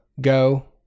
go